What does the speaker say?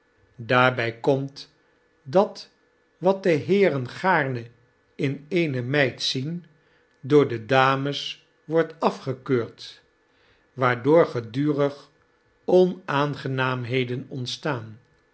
daarby komt dat wat de heeren gaarne in eene meid zien door de dames wordt afgekeurd waardoor gedurig onaangenaamheden ontstaan